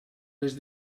les